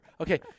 Okay